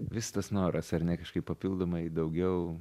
vis tas noras ar ne kažkaip papildomai daugiau